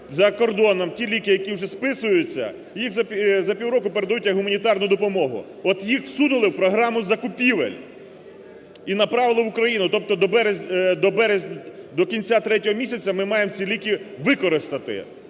за кордоном ті ліки, які вже списуються, їх за півроку передають як гуманітарну допомогу. От їх всунули у програму закупівель і направили в Україну. Тобто до кінця третього місяця ми маємо ці ліки використати.